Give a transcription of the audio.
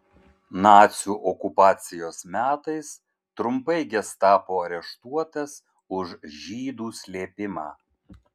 nacių okupacijos metais trumpai gestapo areštuotas už žydų slėpimą